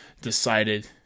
decided